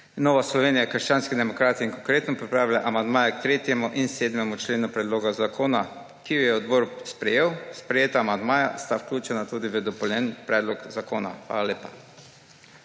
Nova Slovenija − krščanski demokrati in Konkretno pripravile amandmaja k 3. in 7. členu predloga zakona, ki ju je odbor sprejet. Sprejeta amandmaja sta vključena tudi v dopolnjeni predlog zakona. Hvala lepa.